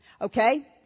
Okay